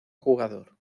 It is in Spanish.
jugador